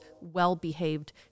well-behaved